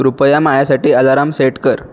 कृपया माझ्यासाठी alarm set कर